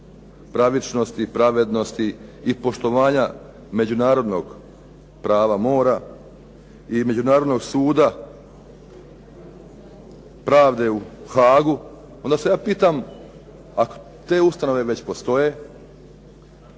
pravičnosti, pravednosti i poštovanja Međunarodnog prava mora i Međunarodnog suda pravde u Haagu, onda se ja pitam, a te ustanove već postoje,